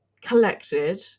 collected